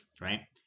right